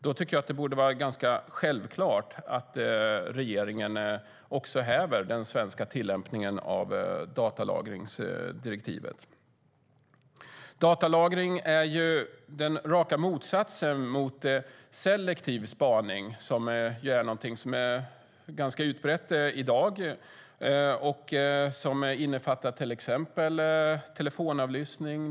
Då tycker jag att det borde vara ganska självklart att regeringen häver den svenska tillämpningen av datalagringsdirektivet. Datalagring är den raka motsatsen till selektiv spaning, som är ganska utbrett i dag och som innefattar till exempel telefonavlyssning.